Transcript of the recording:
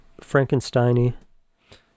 Frankenstein-y